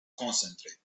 concentrate